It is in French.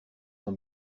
son